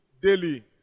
daily